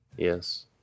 Yes